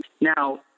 Now